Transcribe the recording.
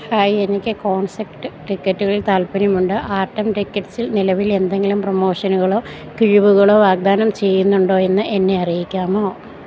hi എനിക്ക് concept ടിക്കറ്റുകളിൽ താൽപ്പര്യമുണ്ട് ആറ്റം ടിക്കറ്റ്സിൽ നിലവിൽ എന്തെങ്കിലും പ്രമോഷനുകളോ കിഴിവുകളോ വാഗ്ദാനം ചെയ്യുന്നുണ്ടോ എന്ന് എന്നെ അറിയിക്കാമോ